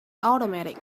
automatic